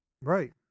Right